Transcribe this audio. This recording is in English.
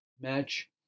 match